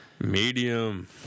Medium